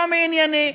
לא מענייני.